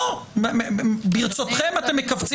ברצותכם,